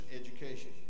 Education